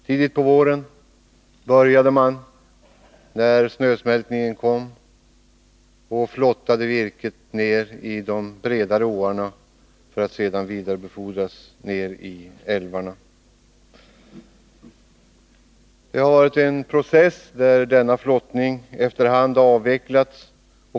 Tidigt på våren, när snösmältningen kom, började man flotta virket ner i de bredare åarna att sedan vidarebefordras till älvarna. Det har ägt rum en process där denna flottning efter hand har avvecklats.